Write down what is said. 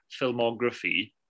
filmography